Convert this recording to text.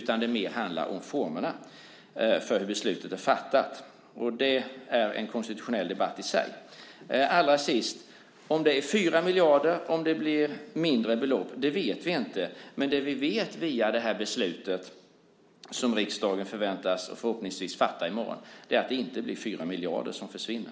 Den tycks mer handla om formerna för hur beslutet är fattat, och det är en konstitutionell debatt i sig. Om det blir 4 miljarder eller ett mindre belopp vet vi inte. Det vi vet är att med det beslut som riksdagen förhoppningsvis fattar i morgon blir det inte 4 miljarder som försvinner.